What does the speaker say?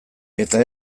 eta